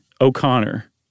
O'Connor